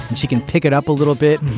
she can pick it up a little bit.